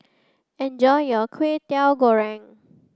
enjoy your Kway Teow Goreng